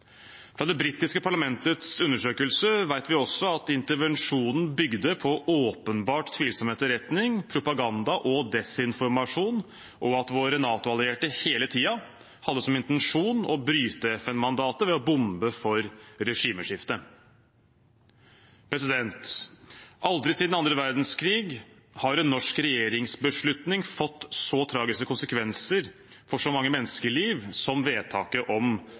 Fra det britiske parlamentets undersøkelse vet vi også at intervensjonen bygde på åpenbart tvilsom etterretning, propaganda og desinformasjon, og at våre NATO-allierte hele tiden hadde som intensjon å bryte FN-mandatet ved å bombe for regimeskifte. Aldri siden annen verdenskrig har en norsk regjeringsbeslutning fått så tragiske konsekvenser for så mange menneskeliv som vedtaket om